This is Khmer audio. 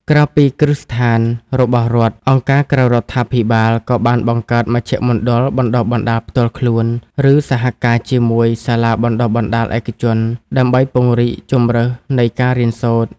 ក្រៅពីគ្រឹះស្ថានរបស់រដ្ឋ អង្គការក្រៅរដ្ឋាភិបាលក៏បានបង្កើតមជ្ឈមណ្ឌលបណ្តុះបណ្តាលផ្ទាល់ខ្លួន ឬសហការជាមួយសាលាបណ្តុះបណ្តាលឯកជន ដើម្បីពង្រីកជម្រើសនៃការរៀនសូត្រ។